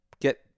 get